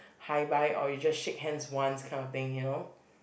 hi bye or you just shake hands once that kind of thing you know